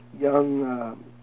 young